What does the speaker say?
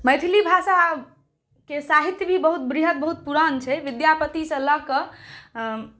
मैथिली भाषाक साहित्य भी बहुत वृहत बहुत पुरान छै विद्यापतिसँ लऽ कऽ